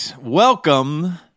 Welcome